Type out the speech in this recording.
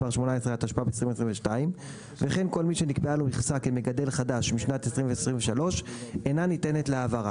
כדין כל מגדל דור ב' שמקבל